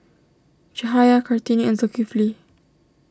Cahaya Kartini and Zulkifli